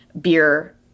beer